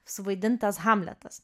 suvaidintas hamletas